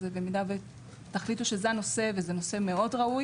אז במידה ותחליטו שזה הנושא וזה נושא מאוד ראוי